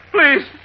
Please